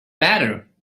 matter